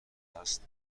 است